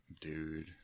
dude